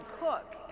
cook